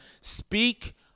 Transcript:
Speak